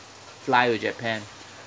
fly to japan